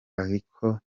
ariko